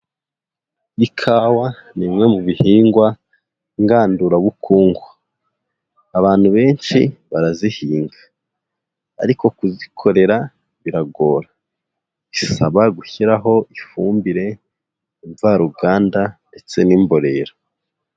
Ikawa ni bimwe mu bihingwa ngandurabukungu. Abantu benshi barazihinga, ariko kuzikorera biragora. Bisaba gushyiraho ifumbire, imvaruganda ndetse n'imborera.